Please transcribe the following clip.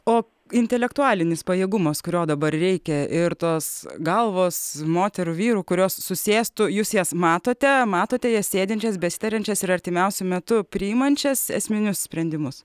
o intelektualinis pajėgumas kurio dabar reikia ir tos galvos moterų vyrų kurios susėstų jūs jas matote matote jas sėdinčias besitariančias ir artimiausiu metu priimančias esminius sprendimus